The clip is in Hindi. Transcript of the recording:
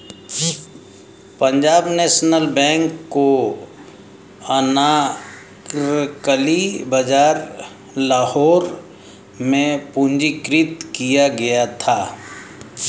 पंजाब नेशनल बैंक को अनारकली बाजार लाहौर में पंजीकृत किया गया था